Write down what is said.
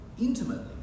intimately